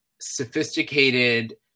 sophisticated